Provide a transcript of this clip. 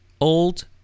old